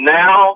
now